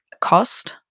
cost